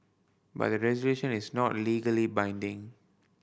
but the resolution is not legally binding